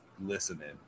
listening